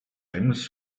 james